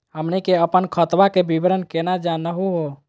हमनी के अपन खतवा के विवरण केना जानहु हो?